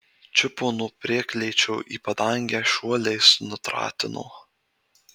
čiupo nuo prieklėčio ir į padangę šuoliais nutratino